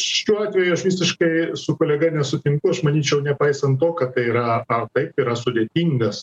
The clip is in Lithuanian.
šiuo atveju aš visiškai su kolega nesutinku aš manyčiau nepaisant to kad tai yra a taip yra sudėtingas